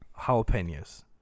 Jalapenos